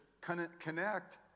connect